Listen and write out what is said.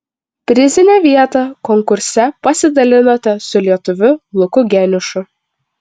prizinę vietą konkurse pasidalinote su lietuviu luku geniušu